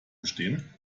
bestehen